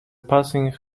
passing